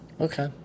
Okay